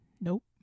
nope